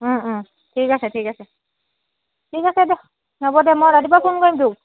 ঠিক আছে ঠিক আছে ঠিক আছে দে হ'ব দে মই ৰাতিপুৱা ফোন কৰিম তোক